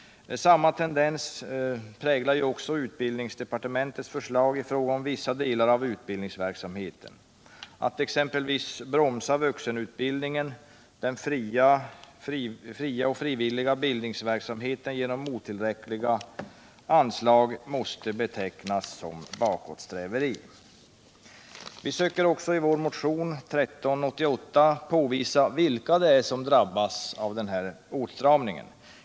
Samma tendens präglar utbildningsdepartementets förslag i fråga om vissa delar av utbildningsverksamheten. Att exempelvis bromsa vuxenutbildningen, den fria och frivilliga bildningsverksamheten genom otillräckliga anslag måste betecknas som ett bakåtsträveri. Vi söker också i vår motion 1388 påvisa vilka det är som drabbas av åtstramningen.